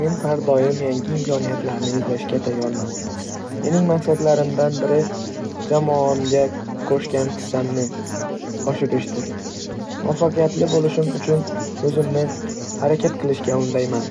Men har doim yangi imkoniyatlarni izlashga tayyorman. Mening maqsadlarimdan biri jamoamga qo'shgan hissamni oshirishdir. Muvaffaqiyatli bo'lishim uchun o'zimni harakat qilishga undayman.